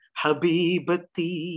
habibati